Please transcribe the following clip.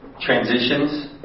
Transitions